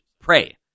pray